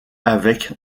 avec